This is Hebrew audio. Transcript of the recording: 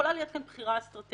יכולה להיות כאן בחירה אסטרטגית.